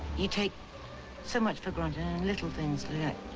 you take so much for granted and little things